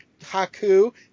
Haku